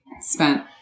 spent